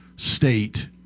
state